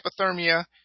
hypothermia